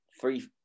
three